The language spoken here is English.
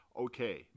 Okay